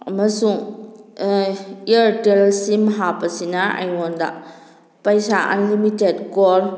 ꯑꯃꯁꯨꯡ Airtel sim ꯍꯥꯞꯄꯁꯤꯅ ꯑꯩꯉꯣꯟꯗ ꯄꯩꯁꯥ ꯎꯜꯂꯤꯃꯤꯇꯦꯠ ꯀꯣꯜ